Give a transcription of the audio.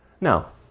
Now